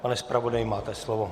Pane zpravodaji, máte slovo.